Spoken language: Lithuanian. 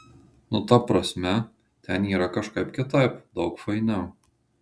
nu ta prasme ten yra kažkaip kitaip daug fainiau